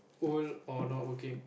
old or not working